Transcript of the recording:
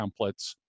templates